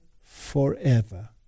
forever